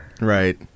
Right